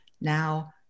now